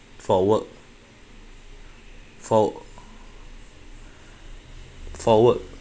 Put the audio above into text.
for work for for work